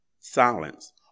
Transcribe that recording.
silence